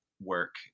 work